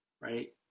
right